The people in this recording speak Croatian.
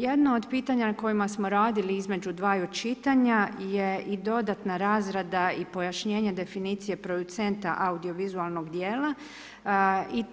Jedno od pitanja na kojima smo radili između dvaju čitanja, je i dodatna razrada i pojašnjenje definicije producenta audiovizualnog dijela i